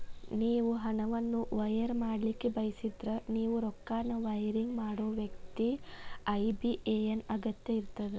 ನೇವು ಹಣವನ್ನು ವೈರ್ ಮಾಡಲಿಕ್ಕೆ ಬಯಸಿದ್ರ ನೇವು ರೊಕ್ಕನ ವೈರಿಂಗ್ ಮಾಡೋ ವ್ಯಕ್ತಿ ಐ.ಬಿ.ಎ.ಎನ್ ನ ಅಗತ್ಯ ಇರ್ತದ